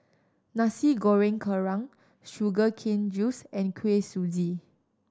Nasi Goreng Kerang sugar cane juice and Kuih Suji